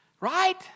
Right